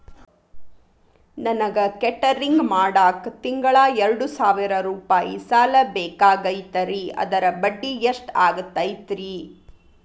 ನನಗ ಕೇಟರಿಂಗ್ ಮಾಡಾಕ್ ತಿಂಗಳಾ ಎರಡು ಸಾವಿರ ರೂಪಾಯಿ ಸಾಲ ಬೇಕಾಗೈತರಿ ಅದರ ಬಡ್ಡಿ ಎಷ್ಟ ಆಗತೈತ್ರಿ?